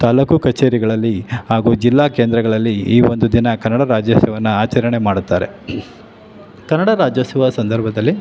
ತಾಲ್ಲೂಕು ಕಛೇರಿಗಳಲ್ಲಿ ಹಾಗೂ ಜಿಲ್ಲಾ ಕೇಂದ್ರಗಳಲ್ಲಿ ಈ ಒಂದು ದಿನ ಕನ್ನಡ ರಾಜ್ಯೋತ್ಸವವನ್ನು ಆಚರಣೆ ಮಾಡುತ್ತಾರೆ ಕನ್ನಡ ರಾಜ್ಯೋತ್ಸವ ಸಂದರ್ಭದಲ್ಲಿ